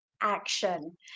action